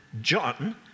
John